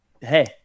Hey